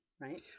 right